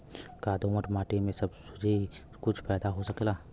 का दोमट माटी में सबही कुछ पैदा हो सकेला?